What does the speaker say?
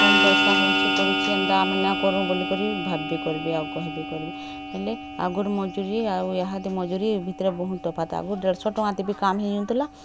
କମ୍ ପଇସା ହଉଛେ କରୁଛେ ଏନ୍ତା ଆମେ ନାଇଁକରୁଁ ବୋଲିକରି ଭାବ୍ବେ କର୍ବେ ଆଉ କହେବେ କର୍ବେ ହେଲେ ଆଗରୁ୍ ମଜୁରୀ ଆଉ ଇହାଦେ ମଜୁରୀ ଭିତରେ ବହୁତ୍ ତଫାତ୍ ଆଘୁ ଡେଢ଼ଶହ ଟଙ୍କା ଦେବେ କାମ୍ ହେଇ ଯାଉଥିଲା